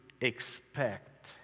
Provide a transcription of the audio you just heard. expect